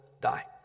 die